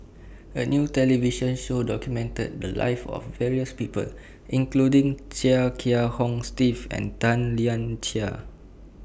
A New television Show documented The Lives of various People including Chia Kiah Hong Steve and Tan Lian Chye